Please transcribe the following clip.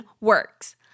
works